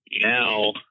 now